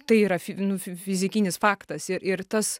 tai yra fi nu fi fizikinis faktas ir ir tas